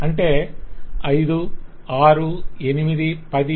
అంటే 5 6 8 10